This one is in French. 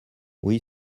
oui